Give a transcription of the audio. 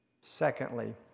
Secondly